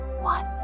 One